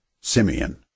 SIMEON